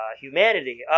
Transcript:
humanity